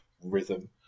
rhythm